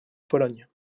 pologne